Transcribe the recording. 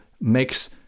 makes